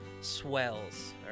swells